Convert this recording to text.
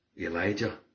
Elijah